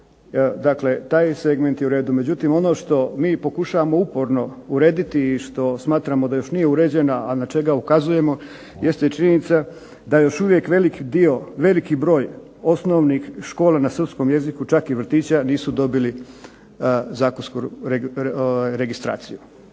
Dakle, taj segment je u redu. Međutim, ono što mi pokušavamo uporno urediti i što smatramo da još nije uređena, a na čega ukazujemo jeste i činjenica da još uvijek veliki dio, veliki broj osnovnih škola na srpskom jeziku čak i vrtića nisu dobili zakonsku registraciju.